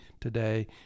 today